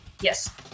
yes